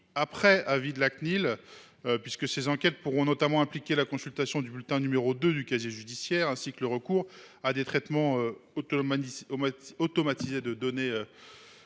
après avis de la Cnil. En effet, ces enquêtes pourront impliquer notamment la consultation du bulletin n° 2 du casier judiciaire, ainsi que le recours à des traitements automatisés de données